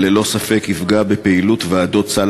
חבר הכנסת איל בן ראובן,